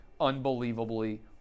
unbelievably